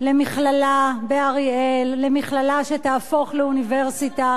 למכללה באריאל, למכללה שתהפוך לאוניברסיטה.